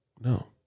No